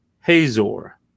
Hazor